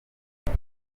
iyo